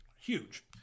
Huge